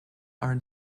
are